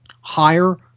higher